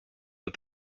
but